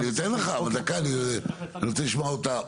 אני אתן לך אבל דקה אני רוצה לשמוע אותה,